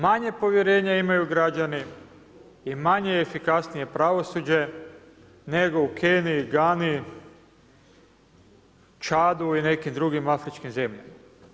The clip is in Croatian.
Manje povjerenja imaju građani i manje efikasnije pravosuđe nego u Keniji, Gani, Čadu i nekim drugim afričkim zemljama.